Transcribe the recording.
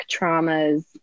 traumas